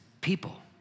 people